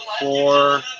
four